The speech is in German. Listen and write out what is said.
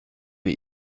wir